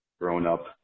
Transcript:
grown-up